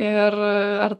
ir ar